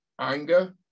anger